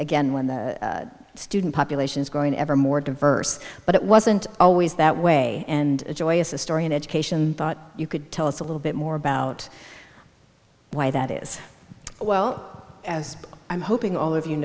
again when the student population is growing ever more diverse but it wasn't always that way and a joyous historian education thought you could tell us a little bit more about why that is well as i'm hoping all of you